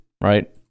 right